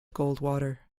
goldwater